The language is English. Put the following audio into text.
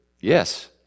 Yes